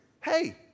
hey